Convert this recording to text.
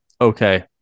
Okay